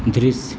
दृश्य